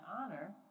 honor